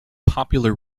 popular